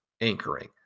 anchoring